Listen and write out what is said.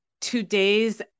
Today's